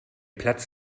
platzt